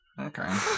Okay